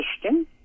question